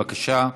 בבקשה.